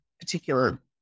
particular